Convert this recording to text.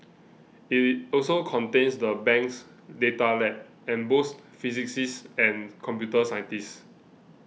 it also contains the bank's data lab and boasts physicists and computer scientists